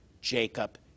Jacob